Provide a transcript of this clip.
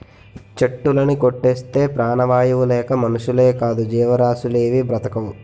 చెట్టులుని కొట్టేస్తే ప్రాణవాయువు లేక మనుషులేకాదు జీవరాసులేవీ బ్రతకవు